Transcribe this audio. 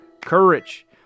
courage